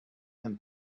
and